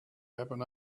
happen